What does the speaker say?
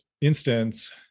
instance